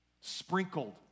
sprinkled